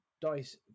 dice